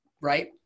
Right